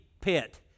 pit